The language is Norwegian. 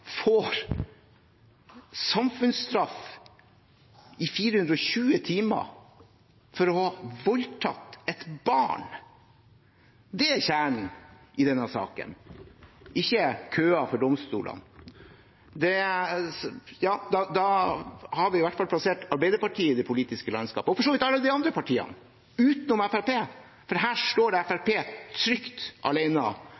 får samfunnsstraff i 420 timer for å ha voldtatt et barn – det er kjernen i denne saken, ikke køer for domstolene – da har man iallfall plassert Arbeiderpartiet i det politiske landskapet. Det gjelder for så vidt alle de andre partiene bortsett fra Fremskrittspartiet, for her står